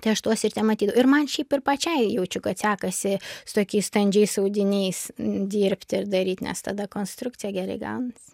tai aš tuos ir tematydavau ir man šiaip ir pačiai jaučiu kad sekasi su tokiais standžiais audiniais dirbt ir daryt nes tada konstrukcija gerai gaunasi